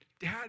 Dad